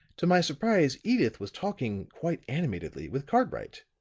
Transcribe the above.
to my surprise edyth was talking quite animatedly with cartwright,